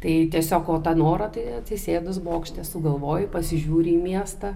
tai tiesiog va tą norą tai atsisėdus bokšte sugalvoji pasižiūri į miestą